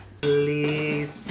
please